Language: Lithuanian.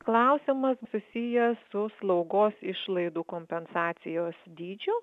klausimas susijęs su slaugos išlaidų kompensacijos dydžiu